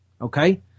Okay